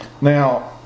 now